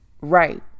right